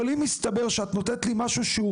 אבל אם מסתבר שאת נותנת לי משהו שהוא